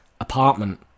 apartment